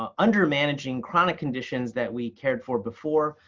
um under-managing chronic conditions that we cared for before,